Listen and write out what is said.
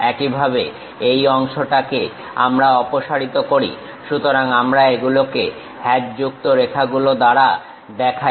একইভাবে এই অংশটাকে আমরা অপসারিত করি সুতরাং আমরা এগুলোকে হ্যাচযুক্ত রেখা গুলো দ্বারা দেখাই